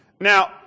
Now